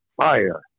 fire